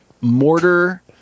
Mortar